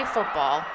Football